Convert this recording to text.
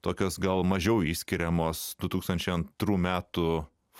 tokios gal mažiau išskiriamos du tūkstančiai antrų metų